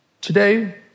Today